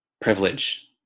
privilege